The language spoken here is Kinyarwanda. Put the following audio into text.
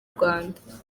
rwanda